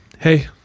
hey